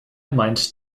meint